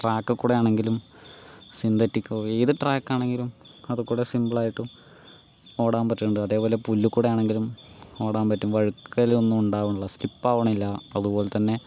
ട്രാക്കിൽ കൂടെ ആണെങ്കിലും സിന്തെറ്റിക്കോ ഏത് ട്രാക്കാണെങ്കിലും അതിൽകൂടെ സിമ്പിൾ ആയിട്ടും ഓടാൻ പറ്റുന്നുണ്ട് അതേപോലെ പുല്ലിൽ കൂടെ ആണെങ്കിലും ഓടാൻ പറ്റും വഴുക്കലും ഒന്ന് ഉണ്ടാകുന്നില്ല സ്ലിപ്പാകണില്ല അത്പോലെ തന്നെ